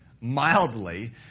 mildly